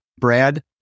Brad